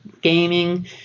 gaming